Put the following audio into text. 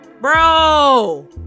Bro